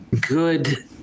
good